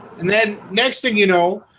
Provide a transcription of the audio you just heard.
and then next thing you know,